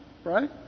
Right